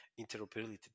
interoperability